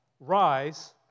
Rise